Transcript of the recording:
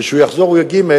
וכשהוא יחזור הוא יהיה ג',